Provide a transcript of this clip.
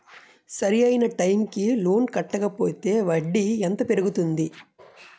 సరి అయినా టైం కి లోన్ కట్టకపోతే వడ్డీ ఎంత పెరుగుతుంది?